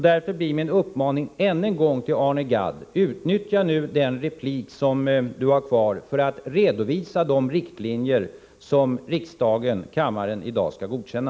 Därför blir min uppmaning än en gång till Arne Gadd: Utnyttja nu den återstående repliken för att redovisa de riktlinjer som riksdagen i dag skall godkänna!